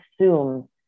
assume